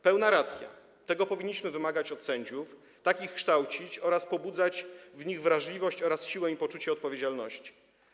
Pełna racja, tego powinniśmy wymagać od sędziów, tak ich kształcić oraz pobudzać w nich wrażliwość oraz siłę i poczucie odpowiedzialności.